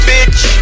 Bitch